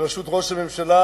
בראשות ראש הממשלה,